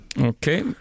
Okay